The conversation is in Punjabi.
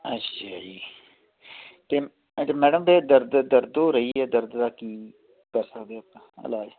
ਅੱਛਾ ਜੀ ਅਤੇ ਮੈਡਮ ਤੇ ਦਰਦ ਦਰਦ ਹੋ ਰਹੀ ਹੈ ਦਰਦ ਦਾ ਕੀ ਕਰ ਸਕਦੇ ਆਪਾਂ ਇਲਾਜ